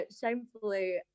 shamefully